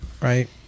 right